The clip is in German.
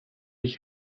ich